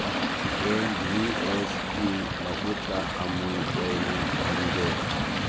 M V ꯑꯦꯁꯀꯤ ꯃꯍꯨꯠꯇ ꯑꯃꯨꯜ ꯑꯣꯏꯅ ꯐꯪꯒꯦ